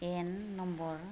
N number